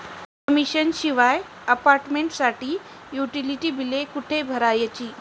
Commission शिवाय अपार्टमेंटसाठी utility बिले कुठे भरायची?